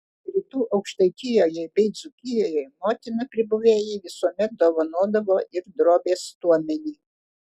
rytų aukštaitijoje bei dzūkijoje motina pribuvėjai visuomet dovanodavo ir drobės stuomenį